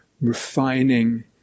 Refining